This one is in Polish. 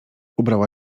ubrała